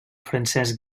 francesc